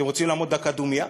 אתם רוצים לעמוד דקה דומייה?